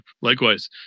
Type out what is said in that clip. likewise